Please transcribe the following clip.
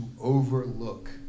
overlook